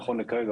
נכון לעכשיו,